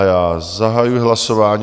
Já zahajuji hlasování.